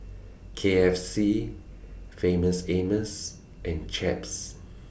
K F C Famous Amos and Chaps